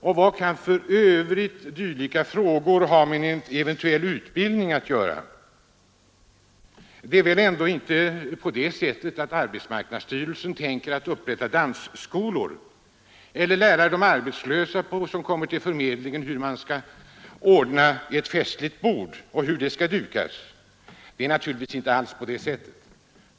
Och vad kan för övrigt dylika frågor ha med en eventuell utbildning att göra? Det är väl ändå inte på det sättet att arbetsmarknadsstyrelsen skall upprätta dansskolor eller lära de arbetslösa som kommer till förmedlingen hur ett festligt bord skall dukas. Det är naturligtvis inte alls på det sättet.